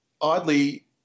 oddly